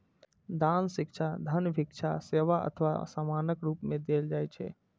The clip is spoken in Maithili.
दान शिक्षा, धन, भिक्षा, सेवा अथवा सामानक रूप मे देल जाइ छै